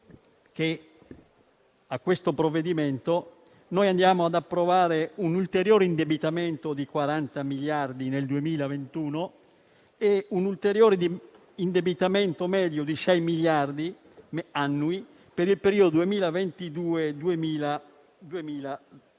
per sottolineare che ci accingiamo ad approvare un ulteriore indebitamento di 40 miliardi nel 2021 e un ulteriore di indebitamento medio di sei miliardi annui per il periodo 2022-2033,